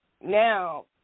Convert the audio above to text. now